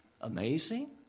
amazing